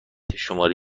شماره